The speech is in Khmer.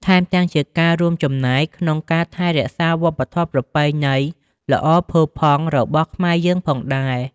ថែមទាំងជាការរួមចំណែកក្នុងការថែរក្សាវប្បធម៌ប្រពៃណីល្អផូរផង់របស់ខ្មែរយើងផងដែរ។